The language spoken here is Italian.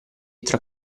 tra